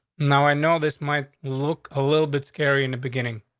now, i know this might look a little bit scary in the beginning.